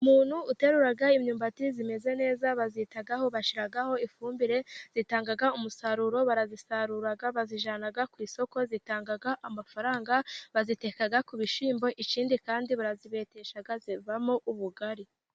Umuntu uteruye imyumbati imeze neza, bayitaho bashyiraho ifumbire itanga umusaruro barayisarura, bayijyana ku isoko itanga amafaranga, bayiteka ku bishyimbo ,ikindi kandi barayibetesha ivamo ubugari.